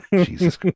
Jesus